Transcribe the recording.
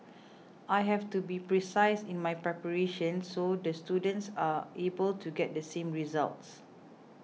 I have to be precise in my preparations so the students are able to get the same results